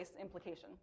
implication